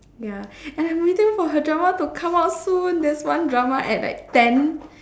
ya and I'm waiting for her drama to come out soon there's one drama at like ten